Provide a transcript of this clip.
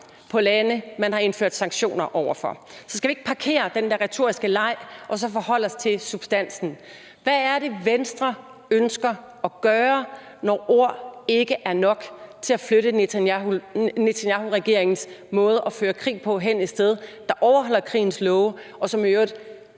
på lande, man har indført sanktioner over for. Skal vi ikke parkere den der retoriske leg og så forholde os til substansen: Hvad er det, Venstre ønsker at gøre, når ord ikke er nok til at flytte Netanyahuregeringens måde at føre krig på hen et sted, der overholder krigens love, og som i øvrigt